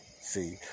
see